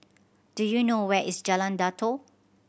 do you know where is Jalan Datoh